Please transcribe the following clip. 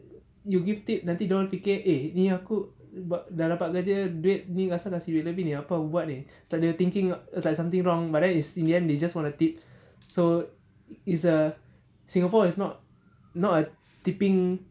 you'll give tip nanti dia orang fikir eh ini aku dah buat dah dapat kerja duit ni apa pasal dia kasih duit lebih ni apa aku buat ni like they are thinking that's like something wrong but then is in the end they just wanna tip so i's a singapore it's not not a tipping